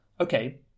Okay